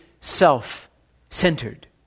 self-centered